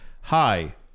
hi